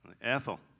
Ethel